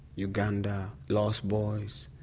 uganda, lost boys,